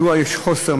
מדוע יש חוסר,